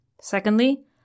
Secondly